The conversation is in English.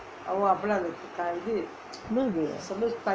என்னாது:ennathu